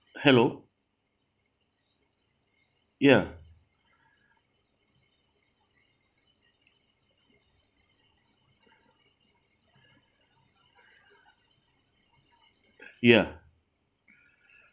hello ya ya